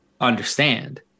understand